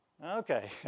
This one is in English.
Okay